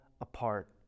apart